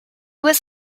was